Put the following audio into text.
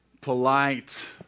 polite